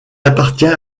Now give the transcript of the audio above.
appartient